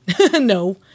no